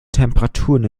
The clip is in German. temperaturen